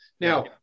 Now